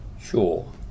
Sure